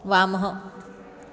वामः